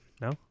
No